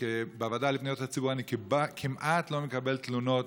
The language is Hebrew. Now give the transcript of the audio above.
בוועדה לפניות הציבור אני כמעט לא מקבל תלונות